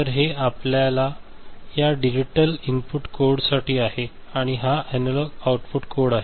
तर हे आपल्या या डिजिटल इनपुट कोडसाठी आहे आणि हा अॅनालॉग आउटपुट कोड आहे